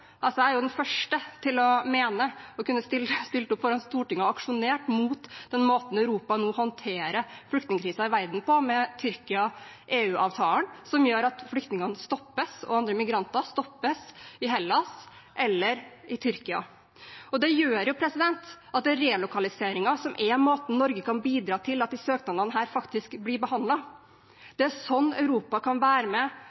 Jeg er den første til å kunne ha stilt opp foran Stortinget og aksjonert mot den måten Europa nå håndterer flyktningkrisen i verden på, med Tyrkia–EU-avtalen som gjør at flyktningene og andre migranter stoppes i Hellas eller i Tyrkia. Det gjør at det er ved relokalisering, som er måten Norge kan bidra til at disse søknadene faktisk blir behandlet, at Europa kan være med